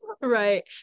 Right